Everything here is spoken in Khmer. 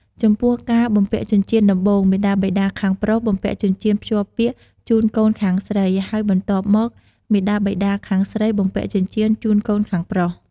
ចំពោះការបំពាក់ចិញ្ចៀនដំបូង មាតាបិតាខាងប្រុសបំពាក់ចិញ្ចៀនភ្ជាប់ពាក្យជូនកូនខាងស្រី ហើយបន្ទាប់មក មាតាបិតាខាងស្រីបំពាក់ចិញ្ចៀនជូនកូនខាងប្រុស។